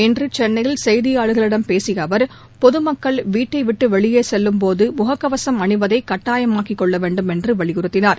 இன்று சென்னையில் செய்தியாளர்களிடம் பேசிய அவர் பொதுமக்கள் வீட்டை விட்டு வெளியே செல்லும் போது முகக்கவசம் அனிவதை கட்டாயமாக்கி கொள்ள வேண்டும் என்று வலியுறுத்தினார்